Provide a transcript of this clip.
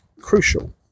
crucial